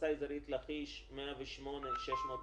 מועצה אזורית לכיש 108,603,